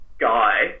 guy